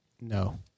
No